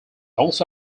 also